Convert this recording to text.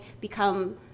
become